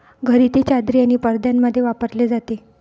घरी ते चादरी आणि पडद्यांमध्ये वापरले जाते